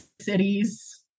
cities